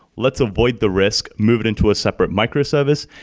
let's avoid the risk. move it into a separate microservice.